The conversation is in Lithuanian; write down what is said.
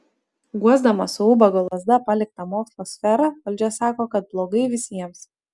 guosdama su ubago lazda paliktą mokslo sferą valdžia sako kad blogai visiems